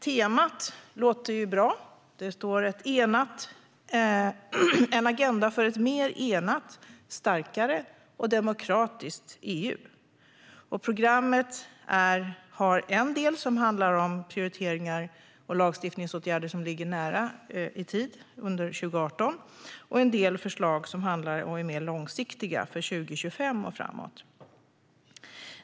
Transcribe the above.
Temat låter ju bra; titeln är En agenda för ett mer enat, starkare och mer demokratiskt EU . Programmet har en del som handlar om prioriteringar och lagstiftningsåtgärder som ligger nära i tid, under 2018, och en del som handlar om förslag om det mer långsiktiga, för 2025 och framåt.